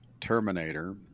Terminator